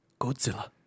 Godzilla